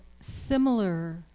similar